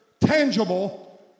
tangible